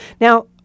Now